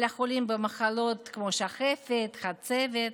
על החולים במחלות כמו שחפת או חצבת.